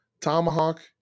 tomahawk